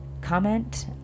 comment